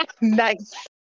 Nice